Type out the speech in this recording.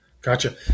Gotcha